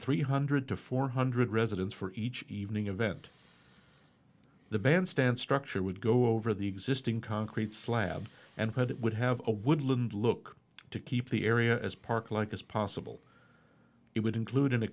three hundred to four hundred residents for each evening event the bandstand structure would go over the existing concrete slab and put it would have a woodland look to keep the area as parklike as possible it would include an a